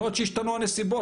יכול להיות שהנסיבות השתנו,